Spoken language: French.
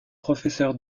professeur